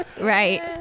Right